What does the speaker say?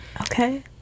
Okay